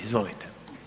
Izvolite.